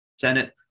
Senate